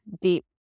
deep